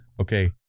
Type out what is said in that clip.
Okay